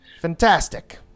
Fantastic